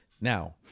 Now